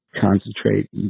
concentrate